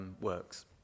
works